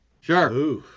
Sure